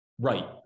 Right